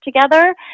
together